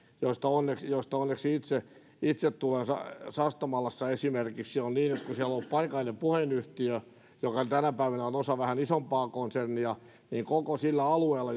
joista onneksi joista onneksi itse itse tulen sastamalassa esimerkiksi on niin että kun siellä on paikallinen puhelinyhtiö joka tänä päivänä on osa vähän isompaa konsernia niin koko sillä alueella